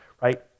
right